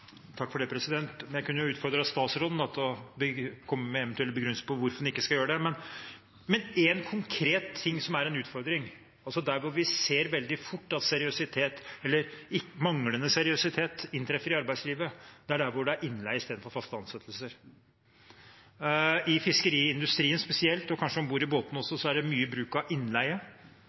Jeg skulle gjerne utfordret statsråden til å komme med eventuelle begrunnelser for hvorfor en ikke skal kunne gjøre det, men en konkret ting som er en utfordring, der vi veldig fort ser at manglende seriøsitet inntreffer i arbeidslivet, er der hvor det er innleie i stedet for faste ansettelser. I fiskeindustrien spesielt og kanskje om bord i båtene er det mye bruk av innleie.